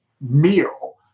meal